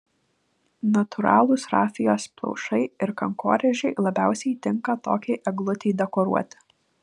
natūralūs rafijos plaušai ir kankorėžiai labiausiai tinka tokiai eglutei dekoruoti